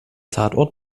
tatort